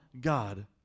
God